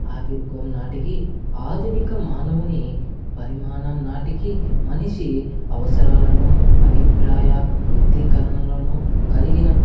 ఆవిర్గం నాటికి ఆధునిక మానవుని పరిమాణం నాటికి మనిషి అవసరాలను అభిప్రాయ వ్యక్తీకరణలను కలిగిన